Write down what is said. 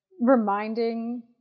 reminding